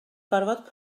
gorfod